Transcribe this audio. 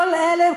כל אלה,